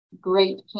great